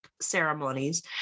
ceremonies